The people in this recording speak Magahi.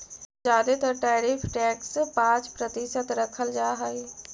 जादे तर टैरिफ टैक्स पाँच प्रतिशत रखल जा हई